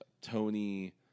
Tony